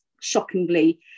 shockingly